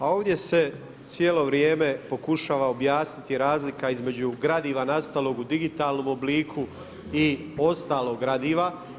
A ovdje se cijelo vrijeme pokušava objasniti razlika između gradiva nastalog u digitalnom obliku i ostalog gradiva.